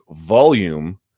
volume